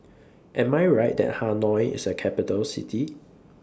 Am I Right that Hanoi IS A Capital City